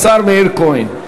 השר מאיר כהן.